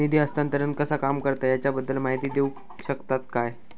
निधी हस्तांतरण कसा काम करता ह्याच्या बद्दल माहिती दिउक शकतात काय?